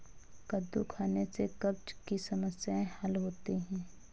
कद्दू खाने से कब्ज़ की समस्याए हल होती है